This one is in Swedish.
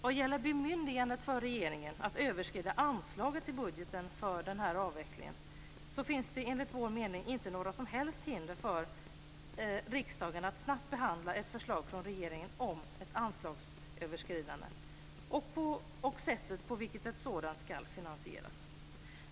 Vad gäller bemyndigandet för regeringen att överskrida anslaget i budgeten för kärnkraftens avveckling, så finns det enligt vår mening inte några som helst hinder för riksdagen att snabbt behandla ett förslag från regeringen om ett anslagsöverskridande och sättet på vilket ett sådant skall finansieras.